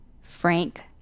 Frank